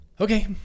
Okay